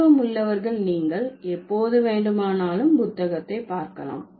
ஆர்வமுள்ளவர்கள் நீங்கள் எப்போதும் வேண்டுமானாலும் புத்தகத்தை பார்க்கலாம்